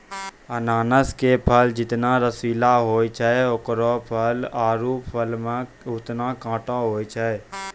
अनानस के फल जतना रसीला होय छै एकरो पौधा आरो फल मॅ होतने कांटो होय छै